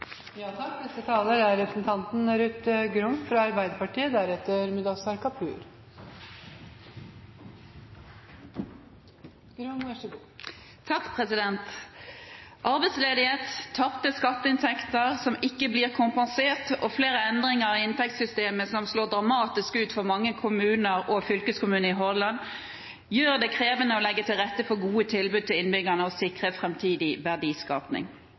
Arbeidsledighet, tapte skatteinntekter som ikke blir kompensert, og flere endringer i inntektssystemet som slår dramatisk ut for mange kommuner – og fylkeskommunen – i Hordaland, gjør det krevende å legge til rette for gode tilbud til innbyggerne og sikre framtidig